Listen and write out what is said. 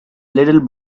little